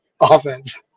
offense